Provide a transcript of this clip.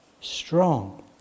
strong